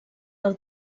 del